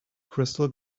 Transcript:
crystal